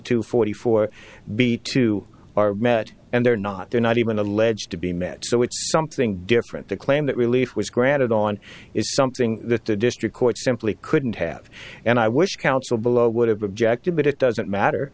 two forty four b two are met and they're not they're not even alleged to be met so it's something different the claim that relief was granted on is something that the district court simply couldn't have and i wish council below would have objected but it doesn't matter